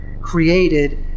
created